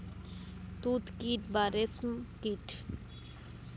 তুত কীট বা রেশ্ম কীট